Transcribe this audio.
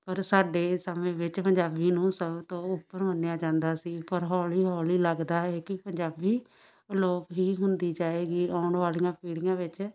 ਪਰ ਸਾਡੇ ਸਮੇਂ ਵਿੱਚ ਪੰਜਾਬੀ ਨੂੰ ਸਭ ਤੋਂ ਉੱਪਰ ਮੰਨਿਆ ਜਾਂਦਾ ਸੀ ਪਰ ਹੌਲੀ ਹੌਲੀ ਲੱਗਦਾ ਹੈ ਕਿ ਪੰਜਾਬੀ ਅਲੋਪ ਹੀ ਹੁੰਦੀ ਜਾਵੇਗੀ ਆਉਣ ਵਾਲੀਆਂ ਪੀੜ੍ਹੀਆਂ ਵਿੱਚ